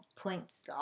points